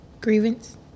Grievance